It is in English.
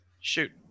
Shoot